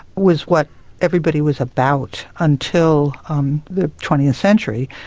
was what everybody was about until um the twentieth century.